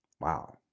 Wow